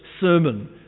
sermon